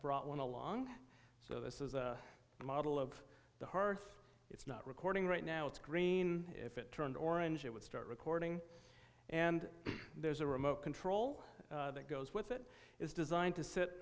brought one along so this is a model of the hearth it's not recording right now it's green if it turned orange it would start recording and there's a remote control that goes with it is designed to sit